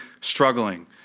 struggling